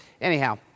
anyhow